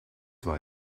war